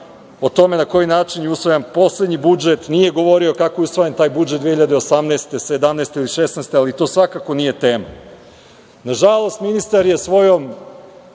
o tome na koji način je usvojen poslednji budžet, nije govorio kako je usvojen taj budžet 2018, 2017. ili 2016. godine, ali to svakako nije tema. Nažalost, ministar je